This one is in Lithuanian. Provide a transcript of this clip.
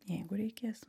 jeigu reikės